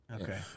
Okay